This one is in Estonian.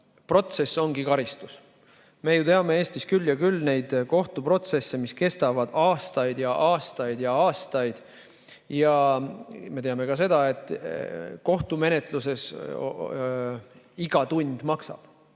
protsess ongi karistus. Me ju teame Eestis küll ja küll neid kohtuprotsesse, mis kestavad aastaid ja aastaid ja aastaid. Me teame ka seda, et kohtumenetluses iga tund maksab,